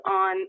on